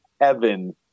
heaven